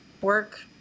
Work